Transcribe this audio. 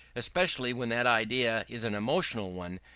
especially when that idea is an emotional one,